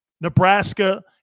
Nebraska